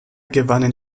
gewannen